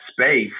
space